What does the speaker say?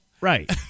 Right